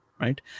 right